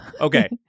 Okay